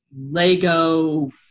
Lego